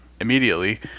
Immediately